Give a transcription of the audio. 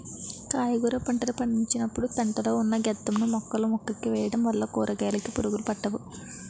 కాయగుర పంటలు పండించినపుడు పెంట లో ఉన్న గెత్తం ను మొక్కమొక్కకి వేయడం వల్ల కూరకాయలుకి పురుగులు పట్టవు